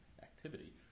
activity